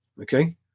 okay